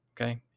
okay